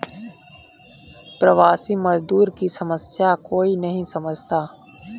प्रवासी मजदूर की समस्या कोई नहीं समझता